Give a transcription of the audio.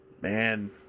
man